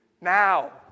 now